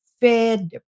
fed